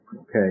okay